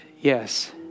yes